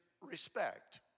respect